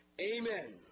Amen